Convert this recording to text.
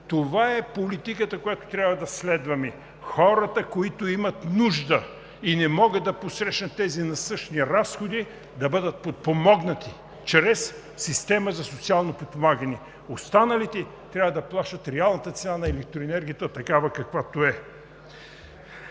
Това е политиката, която трябва да следваме. Хората, които имат нужда и не могат да посрещнат тези насъщни разходи, да бъдат подпомогнати чрез система за социално подпомагане. Останалите трябва да плащат реалната цена на електроенергията, каквато е.